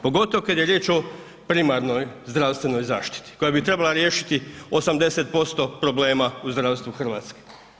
Pogotovo kada je riječ o primarnoj zdravstvenoj zaštiti koja bi trebala riješiti 80% problema u zdravstvu Hrvatske.